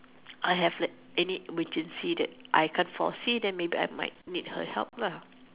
I have like any emergency that I can't foresee then I might need her help lah